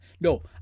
No